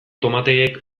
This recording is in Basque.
tomateek